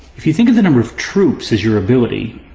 if you think of the number of troops as your ability,